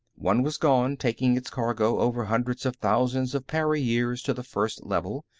one was gone, taking its cargo over hundreds of thousands of para-years to the first level.